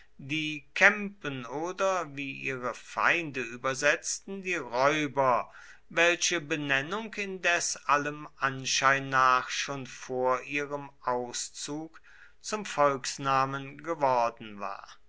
die kämpen oder wie ihre feinde übersetzten die räuber welche benennung indes allem anschein nach schon vor ihrem auszug zum volksnamen geworden war